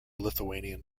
lithuanian